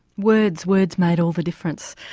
words words made all the difference.